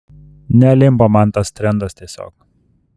nelimpa man tas trendas tiesiog